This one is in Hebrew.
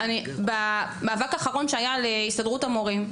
במאבק האחרון שהיה להסתדרות המורים,